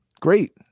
Great